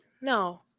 no